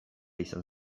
izan